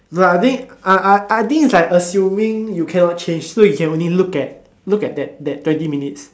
but I think I I think it's like assuming you cannot change so you can only look at look at that that twenty minutes